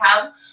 come